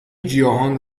گیاهان